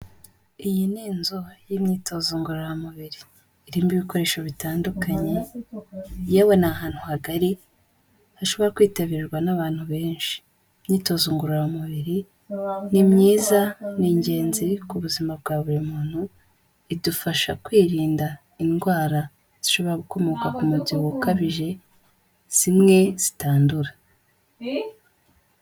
Iyi ni inzu y'imyitozo ngororamubiri. Irimo ibikoresho bitandukanye, yewe ni ahantu hagari, hashobora kwitabirwa n'abantu benshi. Imyitozo ngororamubiri ni myiza, ni ingenzi ku buzima bwa buri muntu; idufasha kwirinda indwara zishobora gukomoka ku mubyibuho ukabije, zimwe zitandura.